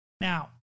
Now